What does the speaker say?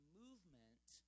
movement